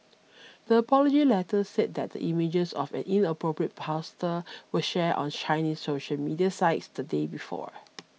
the apology letter said that the images of an inappropriate pastor were shared on Chinese social media sites the day before